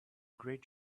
great